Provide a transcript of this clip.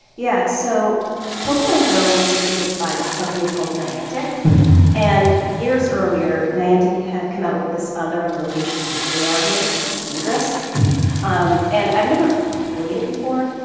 yeah, so pokemon go was created by this company called niantic and years earlier, niantic had come out with this other location-based ar game called ingress um and i've never played it before,